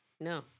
No